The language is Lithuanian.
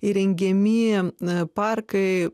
įrengiamiem parkai